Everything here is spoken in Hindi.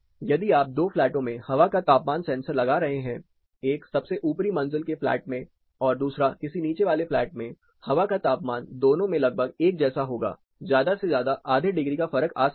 यदि आप दो फ्लैटों में हवा का तापमान सेंसर लगा रहे हैं एक सबसे ऊपरी मंजिल के फ्लैट में और दूसरा किसी नीचे वाले फ्लैट में हवा का तापमान दोनों में लगभग एक जैसा होगा ज्यादा से ज्यादा आधे डिग्री का फर्क आ सकता है